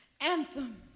anthem